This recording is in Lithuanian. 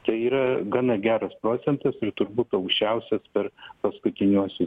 tai yra gana geras procentas ir turbūt aukščiausias per paskutiniuosius